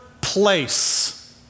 place